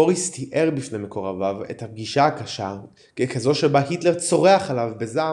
בוריס תיאר בפני מקורביו את הפגישה הקשה ככזו שבה היטלר צורח עליו בזעם